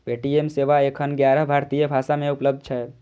Paytm सेवा एखन ग्यारह भारतीय भाषा मे उपलब्ध छै